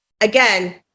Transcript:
Again